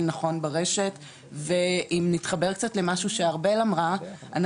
נכון ברשת ואם נתחבר קצת למשהו שארבל אמרה,